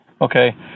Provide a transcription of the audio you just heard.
Okay